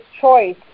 choice